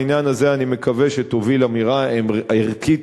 בעניין הזה אני מקווה שתוביל אמירה ערכית,